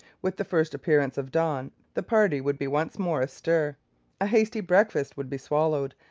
with the first appearance of dawn, the party would be once more astir a hasty breakfast would be swallowed,